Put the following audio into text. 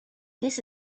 this